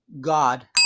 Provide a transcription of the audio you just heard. God